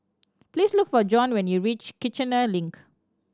please look for Jon when you reach Kiichener Link